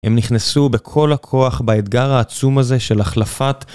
הם נכנסו בכל הכוח באתגר העצום הזה של החלפת